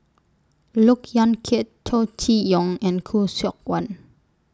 Look Yan Kit Chow Chee Yong and Khoo Seok Wan